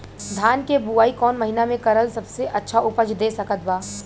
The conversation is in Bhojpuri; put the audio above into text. धान के बुआई कौन महीना मे करल सबसे अच्छा उपज दे सकत बा?